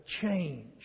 change